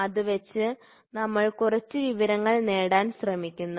അത് വെച്ച് നമ്മൾ കുറച്ച് വിവരങ്ങൾ നേടാൻ ശ്രമിക്കുന്നു